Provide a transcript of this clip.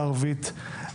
בערבית,